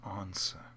answer